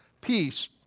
peace